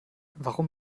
warum